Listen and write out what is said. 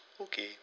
Okay